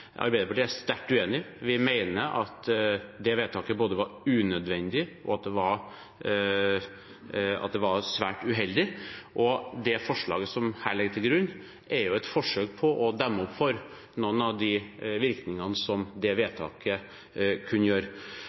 Arbeiderpartiet er sterkt uenig. Vi mener vedtaket var både unødvendig og svært uheldig, og forslaget som her ligger til grunn, er jo et forsøk på å demme opp for noen av virkningene som vedtaket kunne